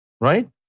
Right